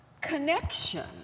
connection